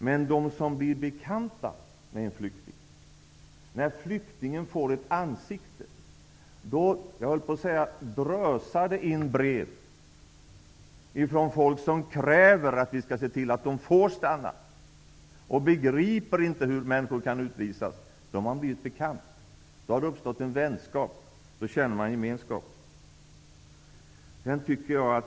Men när folk blir bekanta med en flykting, när flyktingen får ett ansikte, då ''drösar'' det in brev från folk som kräver att vi skall se till att de får stanna och inte begriper hur människor kan utvisas. Då har man blivit bekant. Då har det uppstått en vänskap. Då känner man gemenskap.